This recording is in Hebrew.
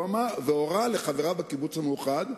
והורה לחבריו בקיבוץ המאוחד: